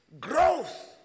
growth